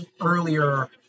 earlier